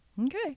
Okay